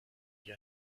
wie